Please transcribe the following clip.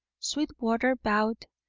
sweetwater bowed,